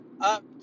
up